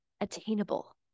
attainable